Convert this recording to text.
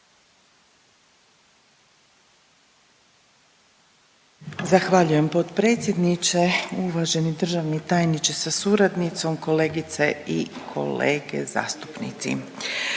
Zahvaljujem potpredsjedniče, uvaženi državni tajniče, kolegice i kolege. Ma svi